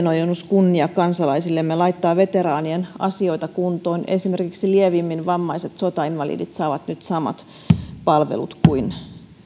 antaa kädenojennus kunniakansalaisillemme ja laittaa veteraanien asioita kuntoon esimerkiksi lievimmin vammaiset sotainvalidit saavat nyt samat palvelut kuin